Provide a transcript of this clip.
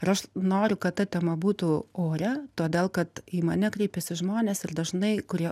ir aš noriu kad ta tema būtų ore todėl kad į mane kreipiasi žmonės ir dažnai kurie